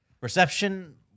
reception